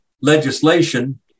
legislation